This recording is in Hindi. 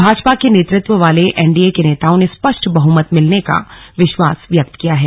भाजपा के नेतृत्व वाले एनडीए के नेताओं ने स्पष्ट बहुमत मिलने का विश्वास व्यक्त किया है